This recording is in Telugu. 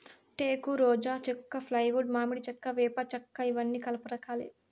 టేకు, రోజా చెక్క, ఫ్లైవుడ్, మామిడి చెక్క, వేప చెక్కఇవన్నీ కలప రకాలే